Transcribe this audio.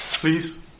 Please